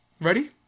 ready